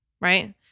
Right